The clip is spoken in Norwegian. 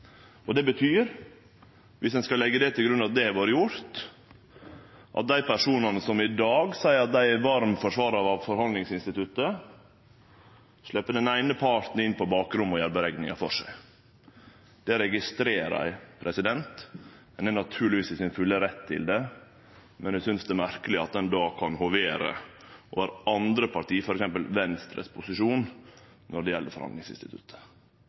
Det betyr, viss ein skal leggje til grunn at det har vore gjort, at dei personane som i dag seier at dei er varme forsvararar av forhandlingsinstituttet, slepper den eine parten inn på bakrommet og gjer berekningar for seg. Det registrerer eg. Ein er naturlegvis i sin fulle rett til det, men eg synest det er merkeleg at ein då kan hovere over andre parti, f.eks. Venstre, sin posisjon, når det gjeld